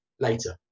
later